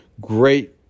Great